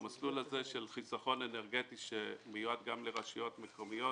המסלול הזה של חסכון אנרגטי שמיועד גם לרשויות מקומיות,